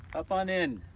hop on in.